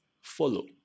follow